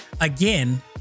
again